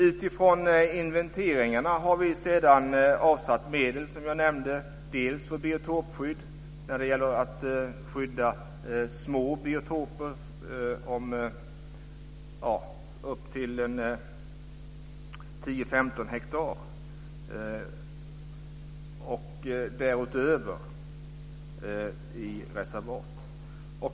Utifrån inventeringarna har vi sedan avsatt medel, som jag nämnde, för biotopskydd när det gäller att skydda små biotoper upp till 10-15 hektar och därutöver i reservat.